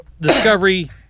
Discovery